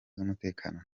z’umutekano